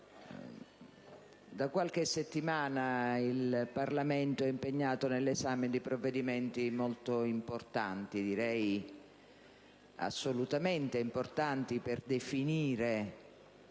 Da qualche settimana il Parlamento è impegnato nell'esame di provvedimenti molto importanti, direi assolutamente importanti per definire